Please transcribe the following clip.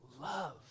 Love